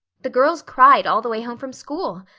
the girls cried all the way home from school.